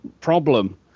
problem